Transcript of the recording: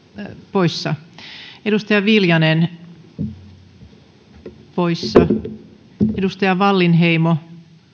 poissa edustaja viljanen poissa edustaja wallinheimo